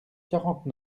quarante